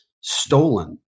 stolen